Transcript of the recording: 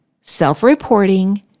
self-reporting